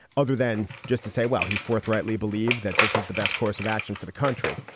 other than just to say, well, he forthrightly believed that this was the best course of action for the country.